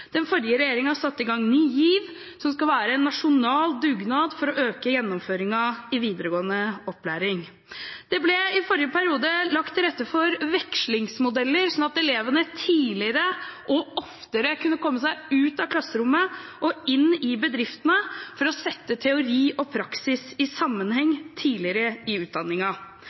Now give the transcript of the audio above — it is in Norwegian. Den forrige regjeringen satte i gang Ny GIV, som skal være en nasjonal dugnad for å øke gjennomføringen i videregående opplæring. Det ble i forrige periode lagt til rette for vekslingsmodeller, slik at elevene tidligere – og oftere – kunne komme seg ut av klasserommet og inn i bedriftene for å sette teori og praksis i sammenheng tidligere i